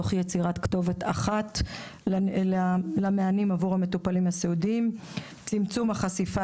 תוך יצירת כתובת אחת למענים עבור המטופלים הסיעודיים; צמצום החשיפה